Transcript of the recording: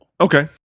Okay